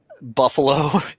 Buffalo